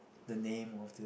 the name of the